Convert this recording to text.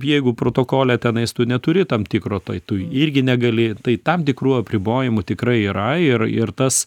jeigu protokole tenais tu neturi tam tikro tai tu irgi negali tai tam tikrų apribojimų tikrai yra ir ir tas